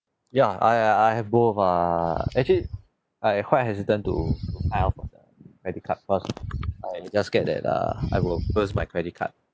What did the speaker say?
ya I uh I have both err actually I quite hesitant to sign up for credit card cause I just scared that uh I will burst my credit card